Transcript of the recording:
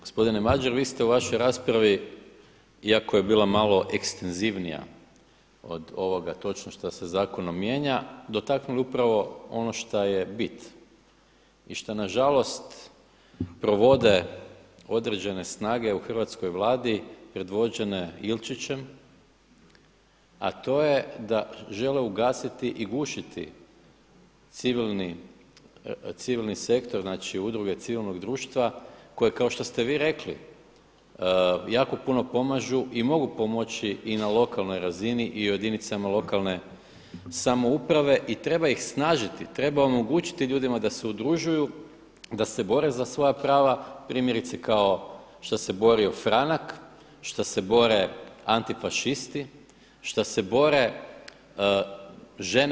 Gospodine Madjer, vi ste u vašoj raspravi iako je bila malo ekstenzivnija od ovoga točno što se zakonom mijenja dotaknuli upravo ono šta je bit i šta na žalost provode određene snage u hrvatskoj Vladi predvođene Ilčićem, a to je da žele ugasiti i gušiti civilni sektor, znači udruge civilnog društva koje kao što ste vi rekli jako puno pomažu i mogu pomoći i na lokalnoj razini i u jedinicama lokalne samouprave i treba ih snažiti, treba omogućiti ljudima da se udružuju, da se bore za svoja prava primjerice kao što se borio Franak, šta se bore antifašisti, šta se bore žene.